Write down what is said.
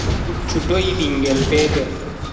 pucchu do'I bingel petel.